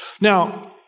Now